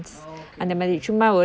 oh okay okay